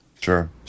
Sure